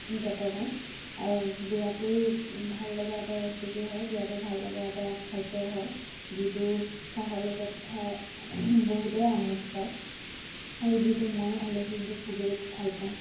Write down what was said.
যতনাই বিৰাটেই ভাল লগা এটা ৰেচিপি হয় বিৰাটেই ভাল লগা এটা খাদ্য হয় যিটো চাহৰ লগত খাই বহুতেই আমোদ পায় আৰু যিটো মই আলহীক দি খুবেই ভাল পাওঁ